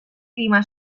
clima